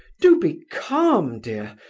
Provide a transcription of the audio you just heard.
do be calm, dear!